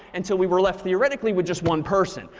until we were left, theoretically, with just one person.